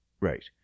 right